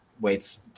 waits